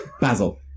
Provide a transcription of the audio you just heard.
basil